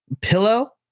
pillow